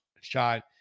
shot